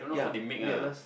ya milk less